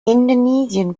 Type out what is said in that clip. indonesian